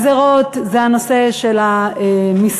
הגזירות זה הנושא של המיסוי,